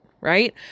right